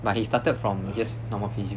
but he started from just normal physio